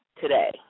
today